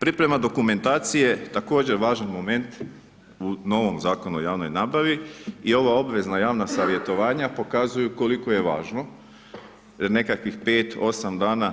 Priprema dokumentacije, također važan moment u novom Zakonu o javnoj nabavi i ova obvezna javna savjetovanja pokazuju koliko je važno, jer nekakvih 5, 8 dana